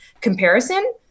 comparison